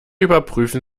überprüfen